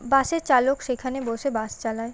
বাসের চালক সেখানে বসে বাস চালায়